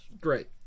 Great